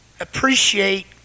appreciate